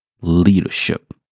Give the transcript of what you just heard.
leadership